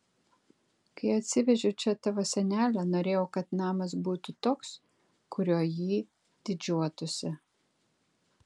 kai atsivežiau čia tavo senelę norėjau kad namas būtų toks kuriuo jį didžiuotųsi